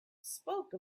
spoke